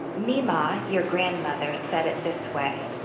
mema, your grandmother, said it this way,